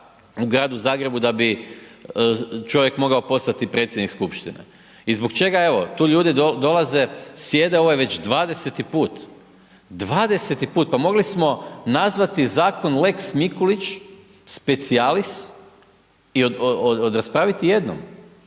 u Gradu Zagrebu, da bi čovjek mogao postati predsjednik skupštine. I zbog čega, evo, tu ljudi dolaze, sjede, ovo je već 20 put, 20 put. Pa mogli smo nazvati zakon lex Mikulić specijalis i raspraviti jednom,